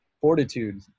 fortitude